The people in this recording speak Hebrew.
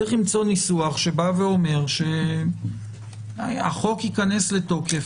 צריך למצוא ניסוח שאומר שהחוק ייכנס לתוקף